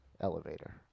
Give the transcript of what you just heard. elevator